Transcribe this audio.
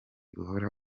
uhora